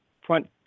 front